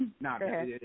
No